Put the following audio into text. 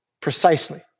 precisely